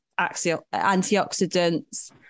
antioxidants